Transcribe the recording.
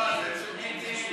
ההסתייגות (122) של חבר הכנסת איציק